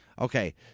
Okay